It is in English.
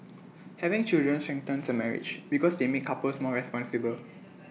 having children strengthens A marriage because they make couples more responsible